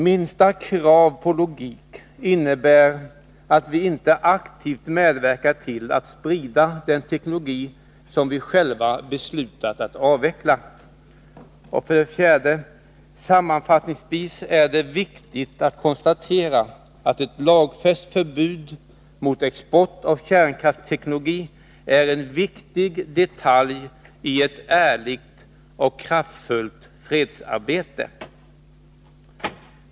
Minsta krav på logik innebär att vi inte aktivt medverkar till att sprida den teknologi som vi själva beslutat att avveckla. 4. Sammanfattningsvis är det viktigt att konstatera att ett lagfäst förbud mot export av kärnkraftsteknologi är en viktig detalj i ett ärligt och kraftfullt fredsarbete.